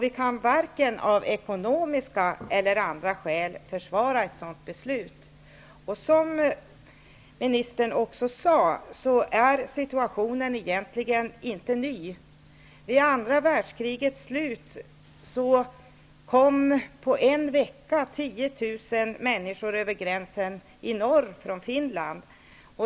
Vi kan inte, vare sig av ekonomiska eller av andra skäl, försvara ett sådant beslut. Som ministern sade är situationen egentligen inte ny. Vid andra världskrigets slutet kom under en vecka 10 000 människor över gränsen i norr från Finland.